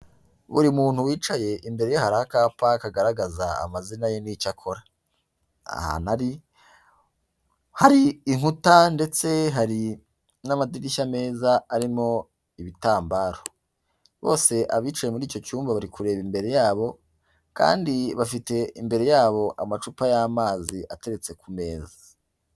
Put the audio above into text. Buri muntu wicaye, imbere ye hari akapa kagaragaza amazina ye n'icyo akora. Ahantu ari, hari inkuta ndetse hari n'amadirishya meza arimo ibitambaro. Bose abicaye muri icyo cyumba bari kureba imbere yabo, kandi bafite imbere yabo amacupa y'amazi ateretse ku meza.